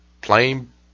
plain